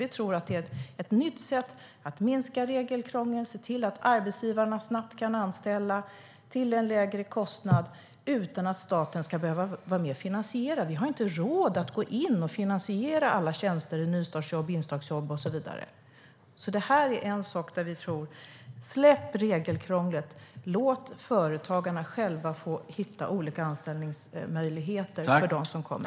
Vi tror att det är ett nytt sätt att minska regelkrånglet och se till att arbetsgivarna snabbt kan anställa till en lägre kostnad, utan att staten ska behöva vara med och finansiera. Vi har inte råd att gå in och finansiera alla tjänster, nystartsjobb, instegsjobb och så vidare. Släpp regelkrånglet, och låt företagarna själva få hitta olika anställningsmöjligheter för dem som kommer!